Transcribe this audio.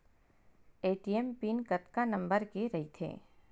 ATM pin कतका number के रही थे?